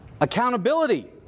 accountability